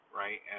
right